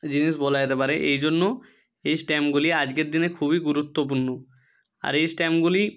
জিনিস বলা যেতে পারে এই জন্য এই স্ট্যাম্পগুলি আজগের দিনে খুবই গুরুত্বপূর্ণ আর এই স্ট্যাম্পগুলি